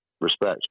respect